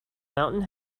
mountain